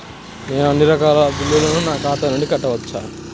నేను అన్నీ రకాల బిల్లులను నా ఖాతా నుండి కట్టవచ్చా?